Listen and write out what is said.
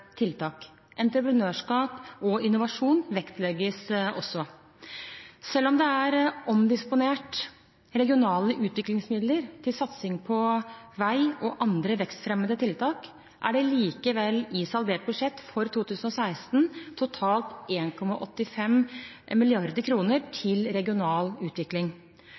tiltak. Entreprenørskap og innovasjon vektlegges også. Selv om det er omdisponert regionale utviklingsmidler til satsing på vei og andre vekstfremmende tiltak, er det likevel i saldert budsjett for 2016 totalt 1,85 mrd. kr til regional utvikling.